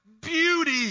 beauty